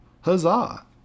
huzzah